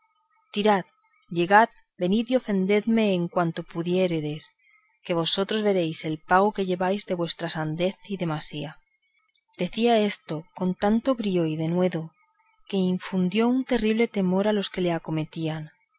llegad venid y ofendedme en cuanto pudiéredes que vosotros veréis el pago que lleváis de vuestra sandez y demasía decía esto con tanto brío y denuedo que infundió un terrible temor en los que le acometían